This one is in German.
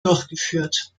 durchgeführt